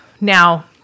Now